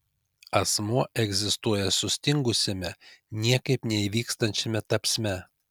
asmuo egzistuoja sustingusiame niekaip neįvykstančiame tapsme